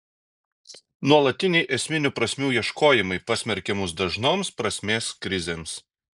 nuolatiniai esminių prasmių ieškojimai pasmerkia mus dažnoms prasmės krizėms